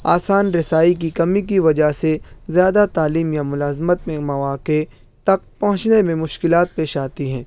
آسان رسائی کی کمی کی وجہ سے زیادہ تعلیم یا ملازمت میں مواقع تک پہنچنے میں مشکلات پیش آتی ہیں